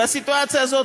בסיטואציה הזאת,